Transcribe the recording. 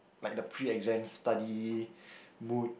like the pre exam study mood